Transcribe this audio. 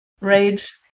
rage